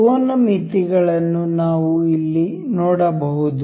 ಕೋನ ಮಿತಿಗಳನ್ನು ನಾವು ಇಲ್ಲಿ ನೋಡಬಹುದು